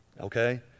Okay